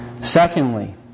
Secondly